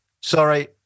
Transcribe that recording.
Sorry